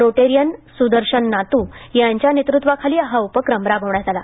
Rotarian Sudarshan Natu यांच्या नेतृत्वाखाली हा उपक्रम राबवण्यात आला